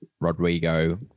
Rodrigo